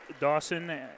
Dawson